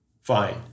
Fine